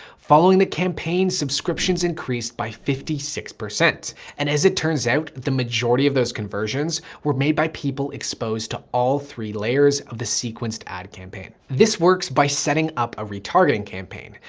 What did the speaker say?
following the campaign subscriptions increased by fifty six. and as it turns out, the majority of those conversions were made by people exposed to all three layers of the sequenced ad campaign. this works by setting up a retargeting campaign,